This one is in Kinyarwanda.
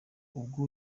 ubwo